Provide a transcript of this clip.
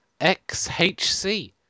XHC